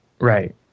Right